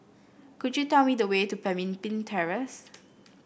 could you tell me the way to Pemimpin Terrace